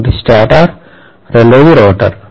ఒకటి స్టేటర్ రెండోది రోటర్